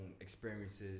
experiences